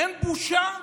אין בושה?